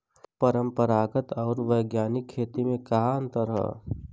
परंपरागत आऊर वैज्ञानिक खेती में का अंतर ह?